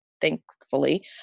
thankfully